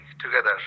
together